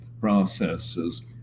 processes